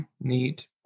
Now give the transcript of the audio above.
Neat